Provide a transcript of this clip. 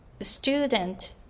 student